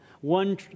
One